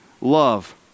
love